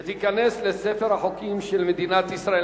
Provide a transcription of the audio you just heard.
ותיכנס לספר החוקים של מדינת ישראל.